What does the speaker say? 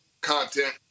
content